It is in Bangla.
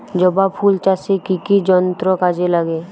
জবা ফুল চাষে কি কি যন্ত্র কাজে লাগে?